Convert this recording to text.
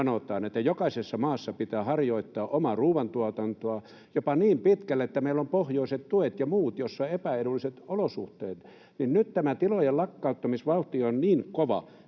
että jokaisessa maassa pitää harjoittaa omaa ruuantuotantoa jopa niin pitkälle, että meillä on pohjoiset tuet ja muut, jos on epäedulliset olosuhteet. Nyt kun tämä tilojen lakkauttamisvauhti on niin kova,